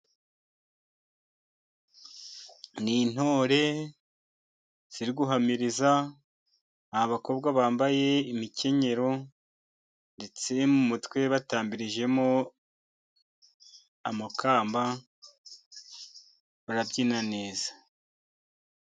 Ni intore ziri guhamiriza, abakobwa bambaye imikenyero, ndetse mu mutwe batambirijemo amakamba, barabyina neza.